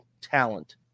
talent